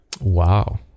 Wow